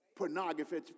Pornography